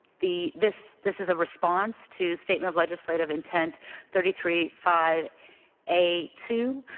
the this this is a response to statement of legislative intent three three five a two.